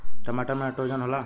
टमाटर मे नाइट्रोजन होला?